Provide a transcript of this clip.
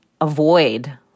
avoid